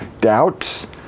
doubts